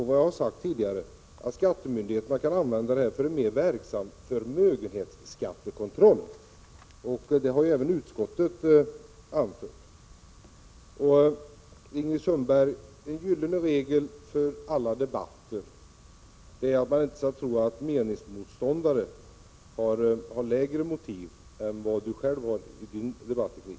Vad jag har sagt är att skattemyndigheterna kan använda registret för en mer verksam förmögenhetsskattekontroll, vilket även utskottet har anfört. Enligt den gyllene regeln för alla debatter skall Ingrid Sundberg inte tro att meningsmotståndare har lägre motiv än hon själv har i sin debatteknik.